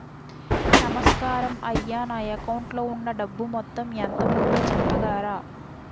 నమస్కారం అయ్యా నా అకౌంట్ లో ఉన్నా డబ్బు మొత్తం ఎంత ఉందో చెప్పగలరా?